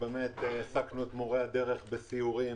העסקנו במשרד את מורי הדרך בסיורים,